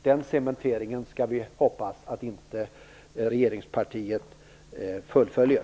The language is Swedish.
Den cementeringen skall vi hoppas att regeringspartiet inte fullföljer.